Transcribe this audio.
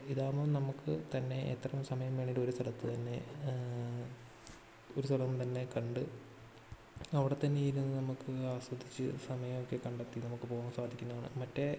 ഇതാകുമ്പം നമുക്ക് തന്നെ എത്ര സമയം വേണേലും ഒര് സ്ഥലത്ത് തന്നെ ഒര് സ്ഥലം തന്നെ കണ്ട് അവിടെ തന്നെ ഇരുന്ന് നമുക്ക് ആസ്വദിച്ച് സമയമൊക്കെ കണ്ടെത്തി നമുക്ക് പോകാൻ സാധിക്കുന്നതാണ് മറ്റേ